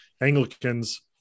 Anglicans